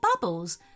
bubbles